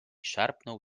szarpnął